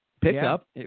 pickup